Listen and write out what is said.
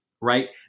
right